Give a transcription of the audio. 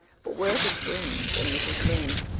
but where are the twins and mrs. lynde?